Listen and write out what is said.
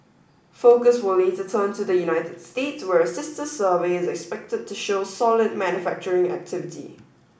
focus will later turn to the United States where a sister survey is expected to show solid manufacturing activity